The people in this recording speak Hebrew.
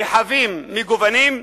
רחבים, מגוונים,